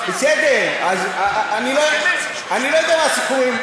בסדר, אני לא יודע מה הסיכומים.